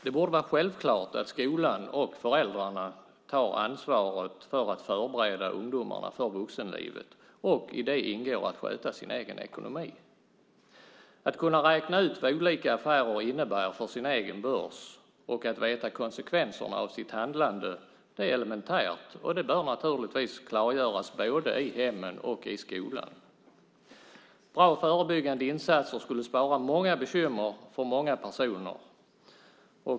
Det borde vara självklart att skolan och föräldrarna tar ansvaret för att förbereda ungdomarna för vuxenlivet. I det ingår att sköta sin egen ekonomi. Att kunna räkna ut vad olika affärer innebär för den egna börsen och att veta konsekvenserna av sitt handlande är elementärt och bör naturligtvis klargöras både i hemmen och i skolan. Bra förebyggande insatser skulle spara många bekymmer för många personer.